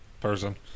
person